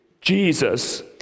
Jesus